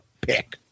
pick